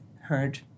heard